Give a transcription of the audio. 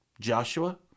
Joshua